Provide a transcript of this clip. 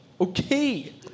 Okay